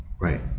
Right